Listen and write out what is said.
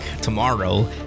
tomorrow